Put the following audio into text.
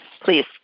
Please